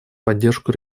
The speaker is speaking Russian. поддержку